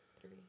three